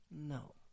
No